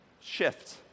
shift